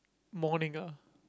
morning ah